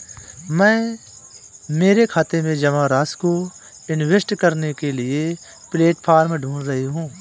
मैं मेरे खाते में जमा राशि को इन्वेस्ट करने के लिए प्लेटफॉर्म ढूंढ रही हूँ